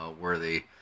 worthy